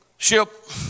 Ship